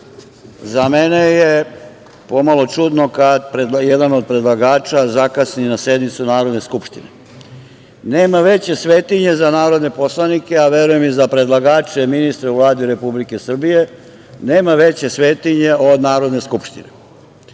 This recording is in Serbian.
za mene je pomalo čudno kad jedan od predlagača zakasni na sednicu Narodne skupštine. Nema veće svetinje za narodne poslanike, a verujem i za predlagače ministre u Vladi Republike Srbije, nema veće svetinje od Narodne skupštine. Dame